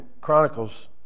Chronicles